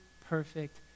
perfect